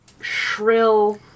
shrill